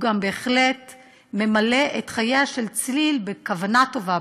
גם בהחלט ממלא את חייה של צליל בכוונה טובה,